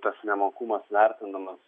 tas nemokumas vertinamas